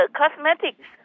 cosmetics